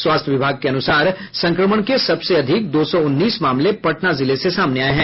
स्वास्थ्य विभाग के अनुसार संक्रमण के सबसे अधिक दो सौ उन्नीस मामले पटना जिले से सामने आये हैं